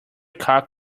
cock